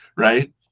Right